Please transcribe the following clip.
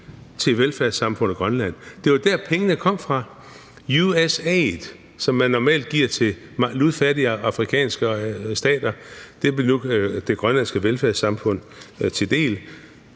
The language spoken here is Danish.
til velfærdssamfundet Grønland. Det var der, pengene kom fra – USAID, som man normalt giver til ludfattige afrikanske stater, blev nu det grønlandske velfærdssamfund til del.